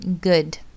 good